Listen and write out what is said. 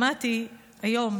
שמעתי היום,